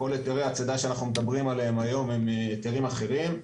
כל היתרי הצידה שאנחנו מדברים עליהם היום הם היתרים אחרים.